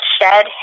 shed